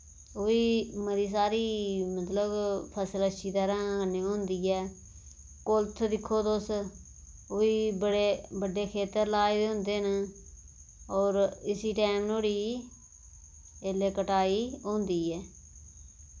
ओही मति सारी मतलब फसल अच्छी तरह कन्नै होंदी ऐ कुल्थ दिक्खो तुस ओह्बी बड़े बड्डे खेतर लाए दे होंदे न और इसी टैम नुआढ़ी एल्ले कटाई होंदी ऐ